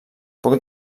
poc